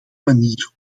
manier